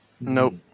Nope